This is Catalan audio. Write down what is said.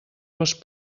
les